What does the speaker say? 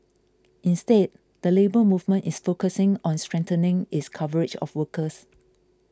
instead the Labour Movement is focusing on strengthening its coverage of workers